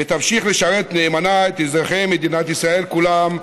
ותמשיך לשרת נאמנה את אזרחי מדינת ישראל כולם.